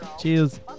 Cheers